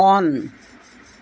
on